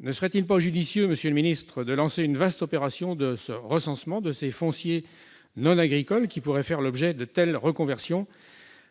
Ne serait-il pas judicieux, monsieur le secrétaire d'État, de lancer une vaste opération de recensement des fonciers non agricoles qui pourraient faire l'objet de telles reconversions